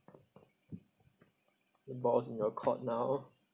the ball's in your court now